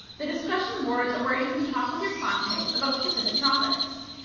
the discussion boards are where you can talk with your classmates about specific topics.